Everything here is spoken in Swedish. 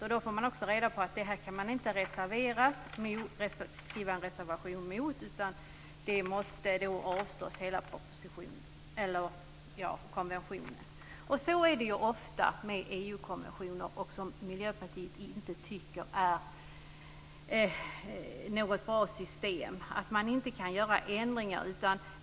Då framgår det också att det inte går att reservera sig mot detta, utan då måste hela konventionen avslås. Så är det ofta med EU-konventioner. Miljöpartiet tycker inte att det är ett bra system att det inte går att göra några ändringar.